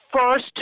first